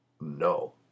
No